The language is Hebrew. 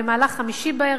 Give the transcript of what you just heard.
במהלך חמישי בערב,